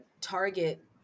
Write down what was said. target